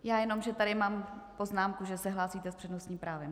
Já jenom, že tady mám poznámku, že se hlásíte s přednostním právem.